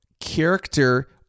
character